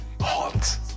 hot